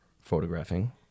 photographing